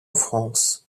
france